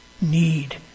need